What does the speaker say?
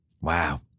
Wow